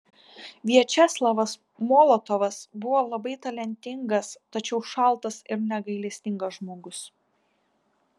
viačeslavas molotovas buvo labai talentingas tačiau šaltas ir negailestingas žmogus